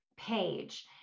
page